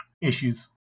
issues